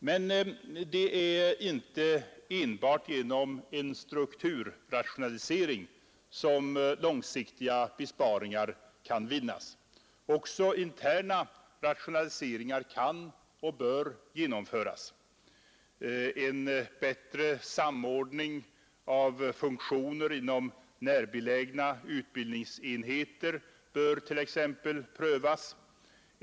Men det är inte enbart genom en strukturrationalisering som långsiktiga besparingar kan vinnas. Också interna rationaliseringar kan och bör genomföras. En bättre samordning av funktioner inom närbelägna utbildningsenheter bör t.ex. prövas.